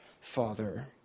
Father